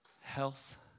health